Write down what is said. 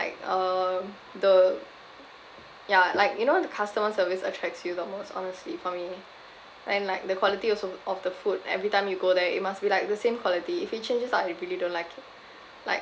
um the ya like you know the customer service attracts you the most honestly for me then like the quality also of the food every time you go there it must be like the same quality if it changes I really don't like it like